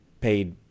paid –